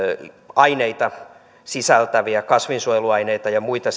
aineita sisältävää kasvinsuojeluaineita ja muita